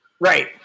Right